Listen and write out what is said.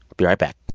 be right back